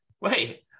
wait